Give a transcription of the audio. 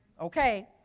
okay